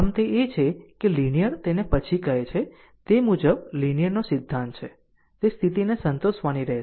આમ તે એ છે કે લીનીયર તેને પછી કહે છે કે તે મુજબ લીનીયર નો સિધ્ધાંત છે તે સ્થિતિને સંતોષવાની રહેશે